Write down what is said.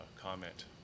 comment